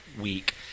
week